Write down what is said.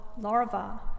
larva